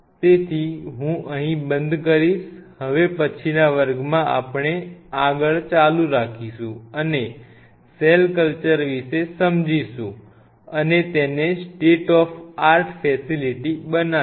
તેથી હું અહીં બંધ કરીશ હવે પછીના વર્ગમાં આપણે આગળ ચાલુ રાખીશું અને સેલ કલ્ચર વિશે સમજીશું અને તેને સ્ટેટ ઓફ આર્ટ ફેસિલીટિ બનાવીશું